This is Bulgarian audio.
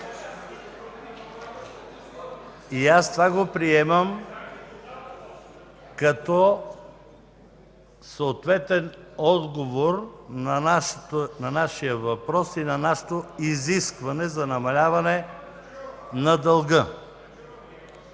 Това го приемам като съответен отговор на нашия въпрос и на нашето изискване за намаляване на дълга.